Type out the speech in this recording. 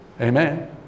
amen